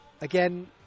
Again